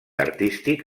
artístic